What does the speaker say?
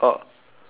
ya